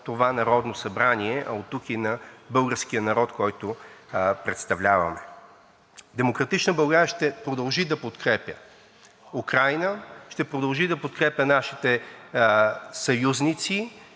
това Народно събрание, а оттук и на българския народ, който представляваме. „Демократична България“ ще продължи да подкрепя Украйна, ще продължи да подкрепя нашите съюзници